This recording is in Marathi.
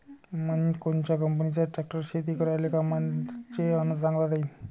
कोनच्या कंपनीचा ट्रॅक्टर शेती करायले कामाचे अन चांगला राहीनं?